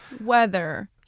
Weather